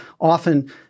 often